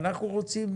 אנחנו רוצים